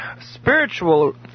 spiritual